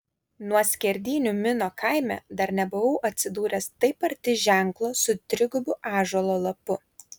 nuo skerdynių mino kaime dar nebuvau atsidūręs taip arti ženklo su trigubu ąžuolo lapu